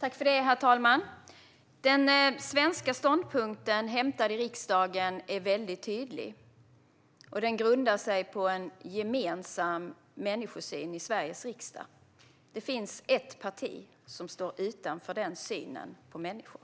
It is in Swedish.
Herr talman! Den svenska ståndpunkten, som förankrats i riksdagen, är väldigt tydlig. Den grundar sig på en gemensam människosyn i Sveriges riksdag. Det finns ett parti som inte delar den synen på människor.